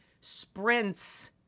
sprints